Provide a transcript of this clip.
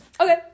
Okay